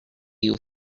you